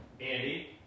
Andy